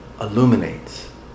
illuminates